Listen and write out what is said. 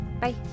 Bye